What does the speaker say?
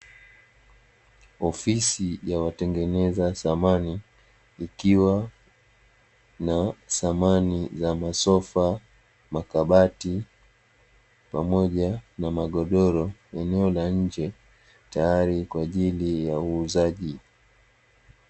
Ofisi ya watengeneza samani ikiwa na samani za masofa makabati pamoja na magodoro eneo la nje tayari kwa ajili ya uuzaji.